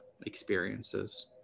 experiences